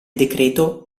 decreto